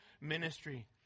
ministry